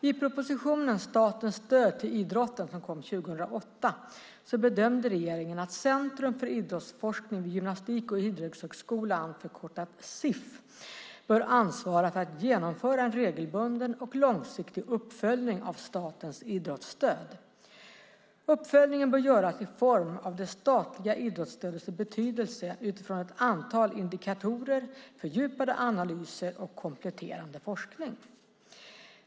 I propositionen Statens stöd till idrotten bedömde regeringen att Centrum för idrottsforskning vid Gymnastik och idrottshögskolan, förkortad CIF, bör ansvara för att genomföra en regelbunden och långsiktig uppföljning av statens idrottsstöd. Uppföljningen bör göras i form av det statliga idrottsstödets betydelse utifrån ett antal indikatorer, fördjupade analyser och kompletterande forskning.